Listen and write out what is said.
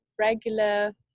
regular